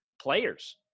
players